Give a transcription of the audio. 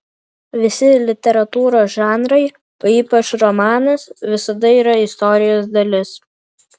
visi literatūros žanrai o ypač romanas visada yra istorijos dalis